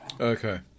Okay